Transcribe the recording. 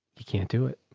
you. can't do it.